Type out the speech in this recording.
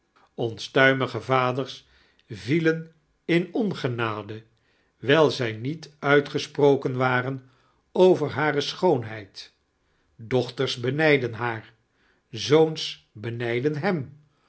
onstuimige vaders vielen in ongenade wijl zij niet uitgesproken waren over hare schoonheid dochters benifdden haar zoons benijdden hem